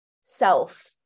self